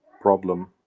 problem